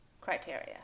criteria